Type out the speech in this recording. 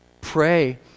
Pray